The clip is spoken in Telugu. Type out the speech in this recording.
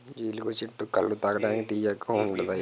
జీలుగు చెట్టు కల్లు తాగడానికి తియ్యగా ఉంతాయి